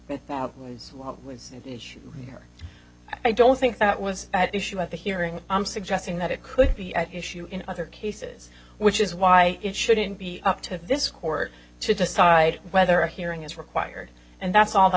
that that was what was the issue here i don't think that was at issue at the hearing i'm suggesting that it could be at issue in other cases which is why it shouldn't be up to this court to decide whether a hearing is required and that's all that